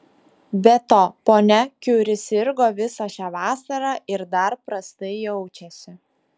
be to ponia kiuri sirgo visą šią vasarą ir dar prastai jaučiasi